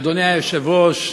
אדוני היושב-ראש,